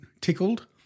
tickled